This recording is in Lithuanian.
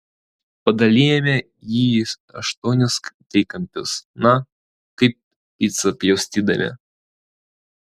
padalijame jį į aštuonis trikampius na kaip picą pjaustydami